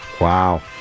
wow